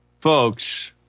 Folks